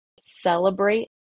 celebrate